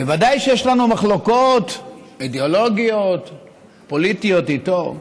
ודאי שיש לנו מחלוקות אידאולוגיות ופוליטיות איתו,